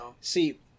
See